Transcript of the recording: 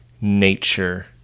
nature